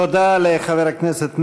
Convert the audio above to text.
תודה לחבר הכנסת מרגי.